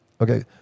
okay